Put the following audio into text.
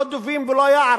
לא דובים ולא יער,